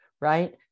right